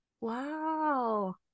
Wow